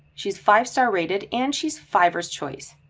she's five star rated. and she's fivers choice.